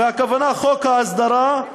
הכוונה לחוק ההסדרה,